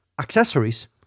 accessories